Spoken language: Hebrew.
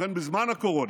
ובכן, בזמן הקורונה,